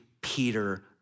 Peter